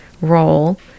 role